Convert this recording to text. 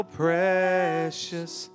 precious